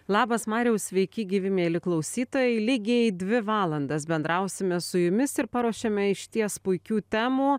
labas mariau sveiki gyvi mieli klausytojai lygiai dvi valandas bendrausime su jumis ir paruošėme išties puikių temų